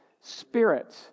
Spirit